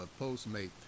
Postmate